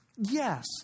Yes